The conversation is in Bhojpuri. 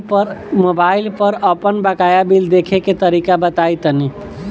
मोबाइल पर आपन बाकाया बिल देखे के तरीका बताईं तनि?